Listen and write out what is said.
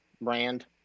brand